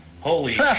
Holy